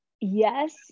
yes